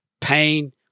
pain